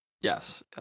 Yes